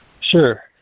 Sure